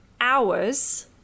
hours